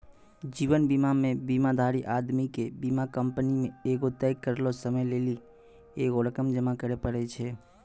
जीवन बीमा मे बीमाधारी आदमी के बीमा कंपनी मे एगो तय करलो समय लेली एगो रकम जमा करे पड़ै छै